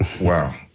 Wow